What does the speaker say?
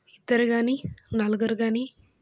ఇద్దరు కానీ నలుగురు కానీ